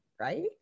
right